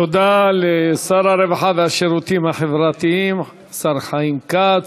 תודה לשר הרווחה והשירותים החברתיים השר חיים כץ.